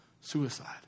suicide